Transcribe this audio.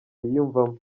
yiyumvamo